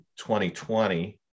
2020